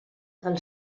del